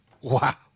Wow